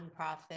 nonprofit